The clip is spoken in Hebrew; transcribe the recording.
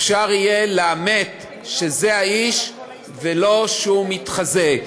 אפשר יהיה לאמת שזה האיש ולא שהוא מתחזה.